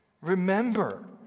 Remember